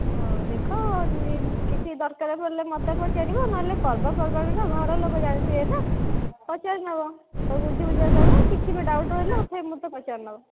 ହଉ ଦେଖ କିଛି ଦରକାର ପଡ଼ିଲେ ମୋତେ ପଚାରିବ ନହେଲେ ପର୍ବପର୍ବାଣି ତ ଘର ଲୋକ ଜାଣିଥିବେ ନା ପଚାରିନେବ ସବୁ ବୁଝିବୁଝା ଦେବ କିଛି ବି ଡାଉଟ୍ ରହିଲେ ଫେର୍ ମୋତେ ପଚାରିନେବ